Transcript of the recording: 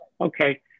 Okay